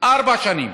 ארבע שנים.